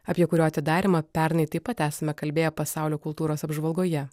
apie kurio atidarymą pernai taip pat esame kalbėję pasaulio kultūros apžvalgoje